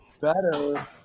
better